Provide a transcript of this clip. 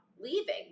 leaving